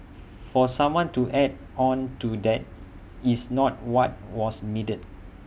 for someone to add on to that is not what was needed